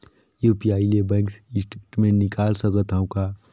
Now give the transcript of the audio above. UPI ले bank statement निकाल सकत हवं का?